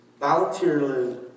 voluntarily